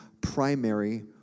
primary